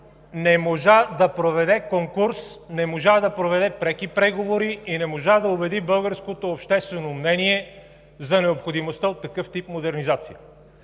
не можа да проведе конкурс, не можа да проведе преки преговори и не можа да убеди българското обществено мнение за необходимостта от такъв тип модернизация.